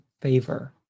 favor